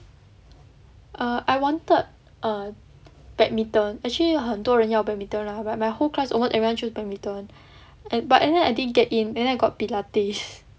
err I wanted err badminton actually 很多人要 badminton lah but my whole class almost everyone choose badminton and but end up I didn't get in and then I got pilates